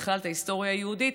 בכלל את ההיסטוריה היהודית,